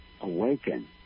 awaken